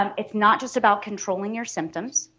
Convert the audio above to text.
um it's not just about controlling your symptoms,